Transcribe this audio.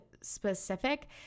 specific